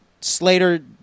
Slater